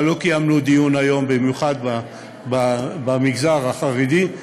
אבל לא קיימנו דיון היום במיוחד במגזר החרדי,